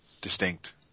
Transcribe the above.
distinct